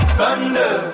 Thunder